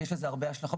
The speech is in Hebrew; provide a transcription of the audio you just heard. כי יש לזה הרבה השלכות,